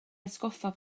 atgoffa